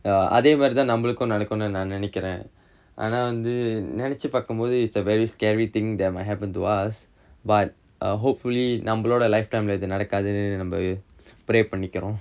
அதே மாரிதான் நம்மளுக்கும் நடக்குனு நா நினைக்குறேன் ஆனா வந்து நினைச்சு பாக்கும்போது:athae maarithaan nammalukkum nadakunu naa ninaikkuraen aanaa vanthu ninaichu paakumpothu it is a very scary thing that might happen to us but err hopefully நம்மளோட:nammaloda life time leh இது நடக்காதுனு நம்ம:ithu nadakkaathunu namma pray பண்ணிக்கறோம்:pannikkarom